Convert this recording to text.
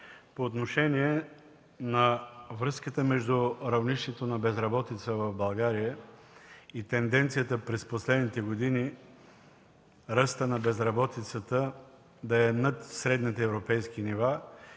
по отношение на връзката между равнището на безработица в България, тенденцията през последните години ръстът на безработицата да е над средните европейски нива